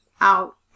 out